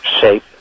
shape